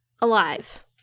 alive